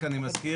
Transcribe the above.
רק אני מזכיר,